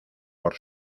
por